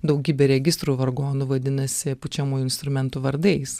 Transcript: daugybė registrų vargonų vadinasi pučiamųjų instrumentų vardais